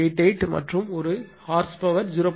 88 மற்றும் ஒரு குதிரை பவர் 0